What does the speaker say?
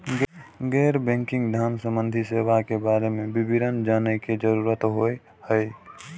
गैर बैंकिंग धान सम्बन्धी सेवा के बारे में विवरण जानय के जरुरत होय हय?